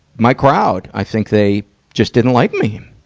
my crowd. i think they just didn't like me.